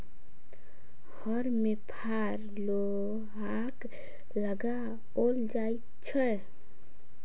हर मे फार लोहाक लगाओल जाइत छै